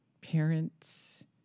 parents